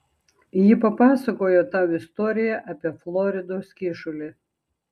ji papasakojo tau istoriją apie floridos kyšulį